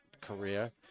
career